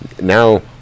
now